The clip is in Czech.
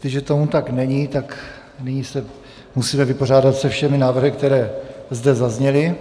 Jestliže tomu tak není, tak nyní se musíme vypořádat se všemi návrhy, které zde zazněly.